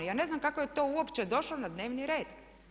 Ja ne znam kako je to uopće došlo na dnevni red.